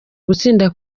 gutsinda